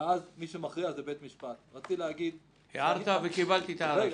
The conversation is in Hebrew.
זה בית משפט --- הערת וקיבלתי את ההערה.